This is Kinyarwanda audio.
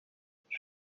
icumi